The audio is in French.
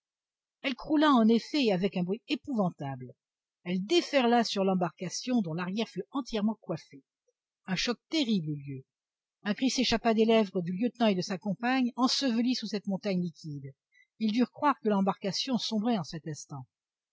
elle croula en effet et avec un bruit épouvantable elle déferla sur l'embarcation dont l'arrière fut entièrement coiffé un choc terrible eut lieu un cri s'échappa des lèvres du lieutenant et de sa compagne ensevelis sous cette montagne liquide ils durent croire que l'embarcation sombrait en cet instant